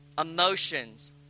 emotions